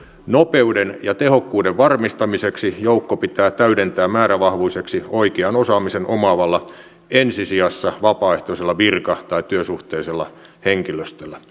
nopeuden ja tehokkuuden varmistamiseksi joukko pitää täydentää määrävahvuiseksi oikean osaamisen omaavalla ensisijassa vapaaehtoisella virka tai työsuhteisella henkilöstöllä